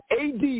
AD